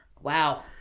Wow